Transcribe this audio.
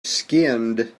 skinned